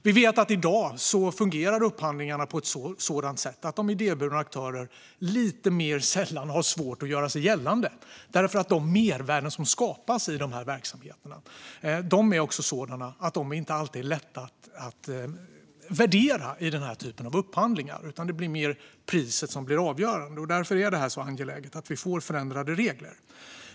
Vi vet att upphandlingarna i dag fungerar på ett sådant sätt att idéburna aktörer inte sällan har svårt att göra sig gällande. De mervärden som skapas i dessa verksamheter är nämligen inte alltid lätta att värdera i denna typ av upphandlingar. Det blir mer priset som blir avgörande. Därför är det angeläget att vi får förändrade regler.